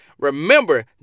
remember